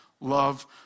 love